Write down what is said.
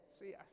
See